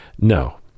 No